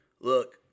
Look